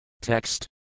Text